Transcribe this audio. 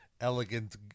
elegant